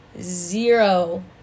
zero